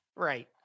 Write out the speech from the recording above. Right